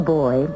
boy